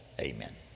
Amen